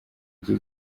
icyo